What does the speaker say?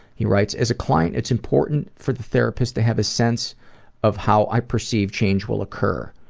he writes, as a client, it's important for the therapist to have a sense of how i perceive change will occur